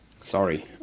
sorry